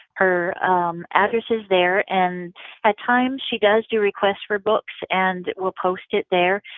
her um address is there, and at times she does do requests for books and we'll post it there.